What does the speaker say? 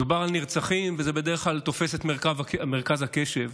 מדובר בנרצחים, וזה בדרך כלל תופס את מרכז הקשב,